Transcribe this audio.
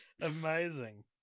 Amazing